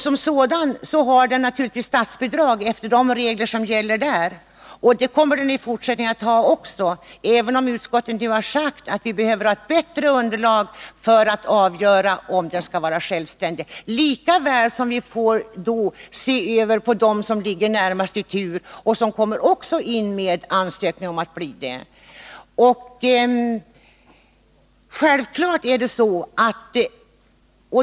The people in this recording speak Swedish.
Som sådan har den naturligtvis statsbidrag efter de regler som gäller, och det kommer den att ha i fortsättningen också, även om utskottet nu har sagt att vi behöver ett bättre underlag för att avgöra om skolan skall vara självständig, lika väl som vi får se över dem som ligger närmast i tur och som kommer in med ansökningar om att bli självständiga.